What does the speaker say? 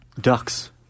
Ducks